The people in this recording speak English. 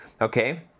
okay